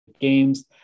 games